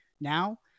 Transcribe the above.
now